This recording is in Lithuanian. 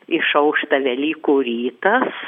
išaušta velykų rytas